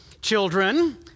children